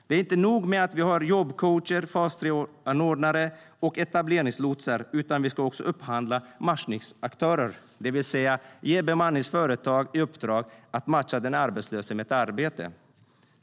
Det är inte nog med att vi i dag har jobbcoacher, fas 3-anordnare och etableringslotsar, utan vi ska också upphandla matchningsaktörer, det vill säga ge bemanningsföretag i uppdrag att matcha den arbetslöse med ett arbete.